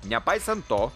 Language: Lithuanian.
nepaisant to